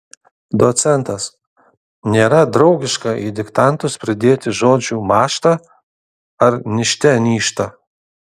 docentas nėra draugiška į diktantus pridėti žodžių mąžta ar nižte nyžta